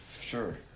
Sure